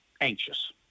anxious